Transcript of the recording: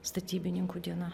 statybininkų diena